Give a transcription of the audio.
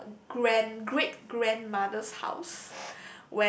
uh grand great grandmother's house